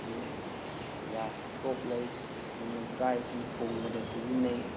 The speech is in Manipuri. ꯑꯗꯒꯤ ꯒ꯭ꯌꯥꯁ ꯏꯁꯇꯣꯞ ꯂꯩ ꯑꯗꯨꯅ ꯆꯥꯛ ꯏꯁꯤꯡ ꯊꯣꯡꯕꯗ ꯁꯤꯖꯤꯟꯅꯩ